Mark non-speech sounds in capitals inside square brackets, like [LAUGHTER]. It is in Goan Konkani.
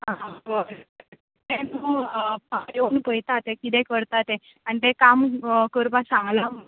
[UNINTELLIGIBLE] तें न्हू फाल्यां येवन पळयता ते किदें करता तें आनी तें काम करपा सांगलां